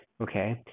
Okay